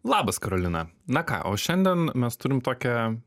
labas karolina na ką o šiandien mes turim tokią